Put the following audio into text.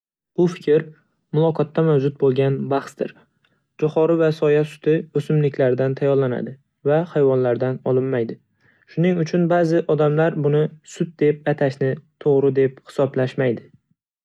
Bu fikr muloqotda mavjud bo'lgan bahsdir. Jo'xori va soya suti o'simliklardan tayyorlanadi va hayvonlardan olinmaydi, shuning uchun ba'zi odamlar buni "sut" deb atashni to'g'ri deb hisoblashmaydi.